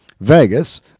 Vegas